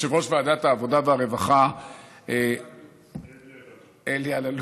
ויושב-ראש ועדת העבודה והרווחה אלי אלאלוף,